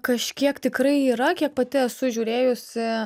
kažkiek tikrai yra kiek pati esu žiūrėjusi